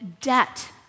debt